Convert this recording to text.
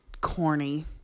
corny